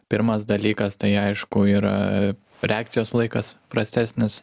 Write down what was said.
pirmas dalykas tai aišku yra reakcijos laikas prastesnis